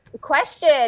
question